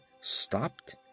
stopped